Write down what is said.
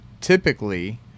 typically